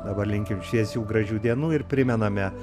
dabar linkim šviesių gražių dienų ir primename